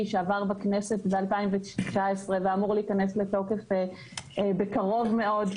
שעבר בכנסת ב-2019 ואמור להיכנס לתוקף בקרוב מאוד,